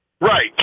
Right